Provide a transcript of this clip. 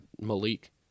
Malik